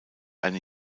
eine